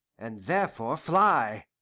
and therefore fly.